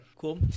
Cool